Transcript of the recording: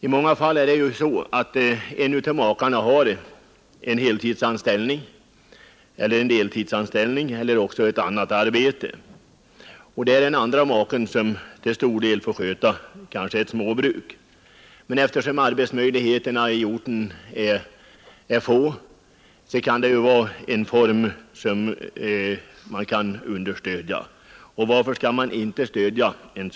I många fall har en av makarna en heltidseller deltidsanställning eller någon annan form av arbete, och då får den andra maken till stor del sköta driften, t.ex. av ett småbruk. Eftersom arbetsmöjligheterna på orten ofta är få, borde en sådan verksamhetsform kunna understödjas. Varför skulle man inte göra det?